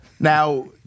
Now